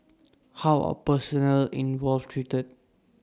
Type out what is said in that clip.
how are personnel involved treated